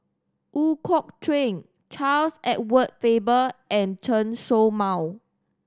Ooi Kok Chuen Charles Edward Faber and Chen Show Mao